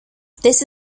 this